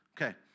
Okay